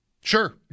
sure